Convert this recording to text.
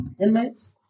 inmates